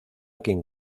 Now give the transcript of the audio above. quien